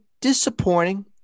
disappointing